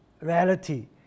reality